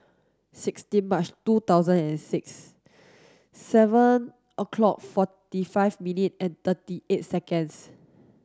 sixteen March two thousand and six seven o'clock forty five minute and thirty eight seconds